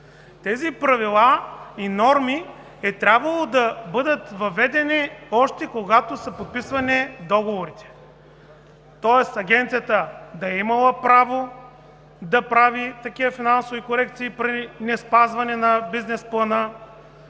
Тези правила и норми е трябвало да бъдат въведени, още когато са подписвани договорите. Тоест Агенцията да е имала право да прави такива финансови корекции при неспазване на бизнес плана,